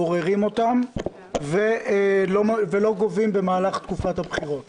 גוררים אותן ולא גובים במהלך תקופת הבחירות.